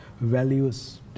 values